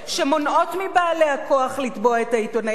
שמונעות מבעלי הכוח לתבוע את העיתונאים.